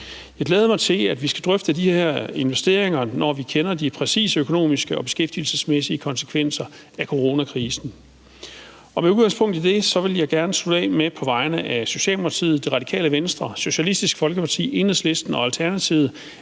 Jeg glæder mig til, at vi skal drøfte de her investeringer, når vi kender de præcise økonomiske og beskæftigelsesmæssige konsekvenser af coronakrisen. Med udgangspunkt i det vil jeg gerne slutte af med på vegne af Socialdemokratiet, Radikale Venstre, Socialistisk Folkeparti, Enhedslisten og Alternativet